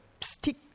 stick